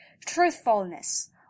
truthfulness